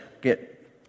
get